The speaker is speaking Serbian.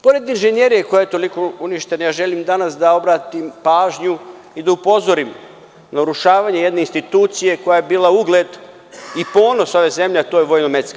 Pored inžinjerije koja je toliko uništena, želim da obratim pažnju i da upozorim da urušavanje jedne institucije koja je bila ugled i ponos ove zemlje, a to je VMA.